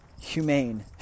humane